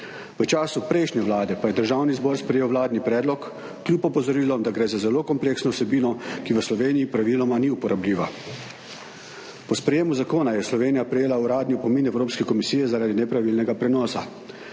V času prejšnje vlade pa je Državni zbor sprejel vladni predlog kljub opozorilom, da gre za zelo kompleksno vsebino, ki v Sloveniji praviloma ni uporabljiva. Po sprejetju zakona je Slovenija prejela uradni opomin Evropske komisije zaradi nepravilnega prenosa.